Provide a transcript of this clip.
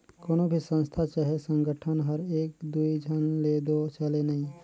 कोनो भी संस्था चहे संगठन हर एक दुई झन ले दो चले नई